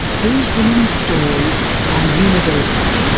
these women's stories are universal.